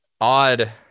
odd